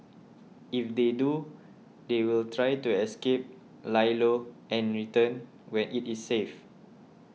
if they do they will try to escape lie low and return when it is safe